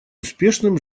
успешным